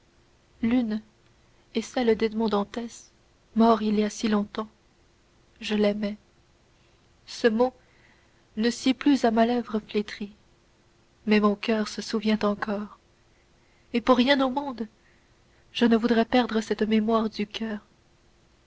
l'une est celle d'edmond dantès mort il y a si longtemps je l'aimais ce mot ne sied plus à ma lèvre flétrie mais mon coeur se souvient encore et pour rien au monde je ne voudrais perdre cette mémoire du coeur